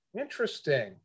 Interesting